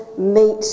meet